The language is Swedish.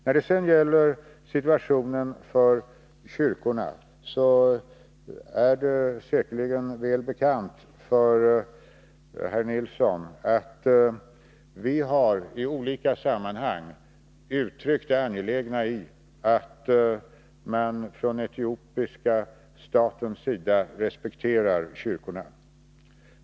När det sedan gäller situationen för kyrkorna, så är det säkerligen väl bekant för herr Nilsson, att vi i olika sammanhang har uttryckt det angelägna i att man från etiopiska statens sida respekterar kyrkorna.